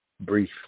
brief